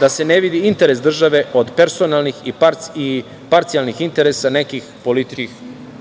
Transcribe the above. da se ne vidi interes države od personalnih i parcijalnih interesa nekih političkih